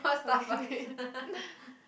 coffee-bean